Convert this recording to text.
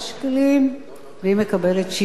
והיא מקבלת 17 שקלים,